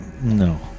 No